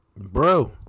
Bro